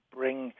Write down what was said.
bring